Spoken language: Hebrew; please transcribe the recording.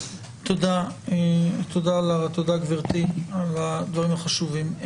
תודה, גברתי, על הדברים החשובים.